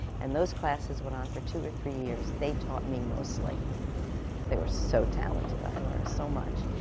and those classes went on for two or three years. they taught me, mostly, because they were so talented, i learned so much.